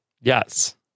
Yes